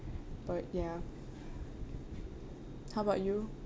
but ya how about you